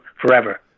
forever